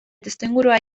testuingurua